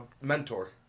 mentor